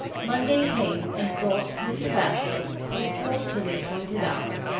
monday came, and brought mr. bashwood, punctual to the appointed hour.